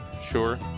sure